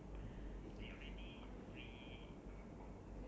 you don't know what like what to expect or something ya